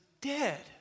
dead